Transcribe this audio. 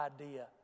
idea